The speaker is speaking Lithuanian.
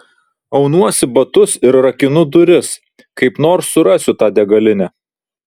aunuosi batus ir rakinu duris kaip nors surasiu tą degalinę